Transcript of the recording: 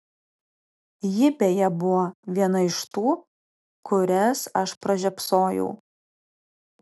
ji beje buvo viena iš tų kurias aš pražiopsojau